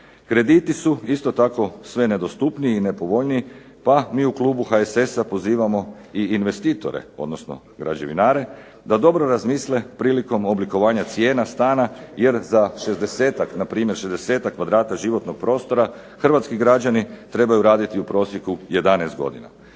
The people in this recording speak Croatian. Krediti su isto tako sve nedostupniji i nepovoljniji, pa mi u klubu HSS-a pozivamo i investitore odnosno građevinare da dobro razmislite prilikom oblikovanja cijena stana jer na primjer za šezdesetak kvadrata životnog prostora hrvatski građani trebaju raditi u prosjeku 11 godina.